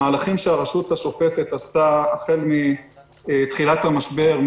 המהלכים שהרשות השופטת עשתה החל מתחילת המשבר,